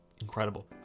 incredible